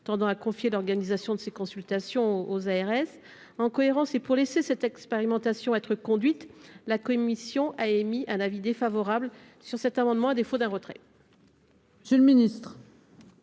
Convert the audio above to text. tendant à confier l'organisation de ces consultations aux ARS. En cohérence, et pour laisser cette expérimentation être conduite, la commission a émis un avis défavorable sur cet amendement, dans l'hypothèse